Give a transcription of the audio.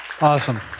Awesome